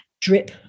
drip